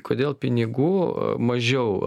kodėl pinigų mažiau